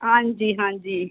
ਹਾਂਜੀ ਹਾਂਜੀ